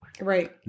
Right